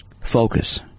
Focus